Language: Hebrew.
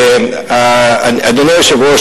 אדוני היושב-ראש,